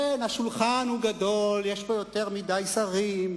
כן, השולחן הוא גדול, יש פה יותר מדי שרים,